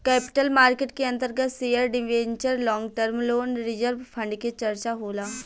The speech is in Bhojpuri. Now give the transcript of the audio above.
कैपिटल मार्केट के अंतर्गत share debenture long term loan reserve fund के चर्चा होला